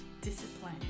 discipline